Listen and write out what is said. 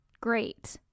great